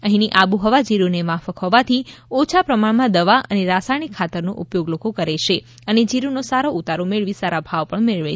અહીની આબોહવા જીરૂને માફક હોવાથી ઓછા પ્રમાણમાં દવા અને રાસાયણિક ખાતરનો ઉપયોગ લોકો કરે છે અને જીરૂનો સારો ઉતારો મેળવી સારા ભાવ પણ મેળવે છે